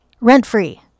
rent-free